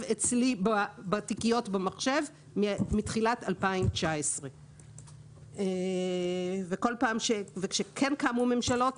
אצלי בתיקיות במחשב מתחילת 2019. כאשר קמו ממשלות,